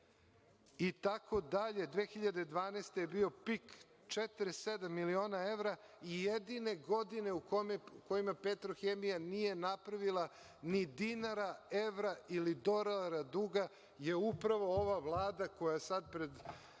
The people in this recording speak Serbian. godine je bio pik 47 miliona evra i jedine godine u kojima „Petrohemija“ nije napravila ni dinara, evra ili dolara duga je upravo ova Vlada koja sad pred